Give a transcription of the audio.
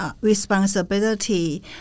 responsibility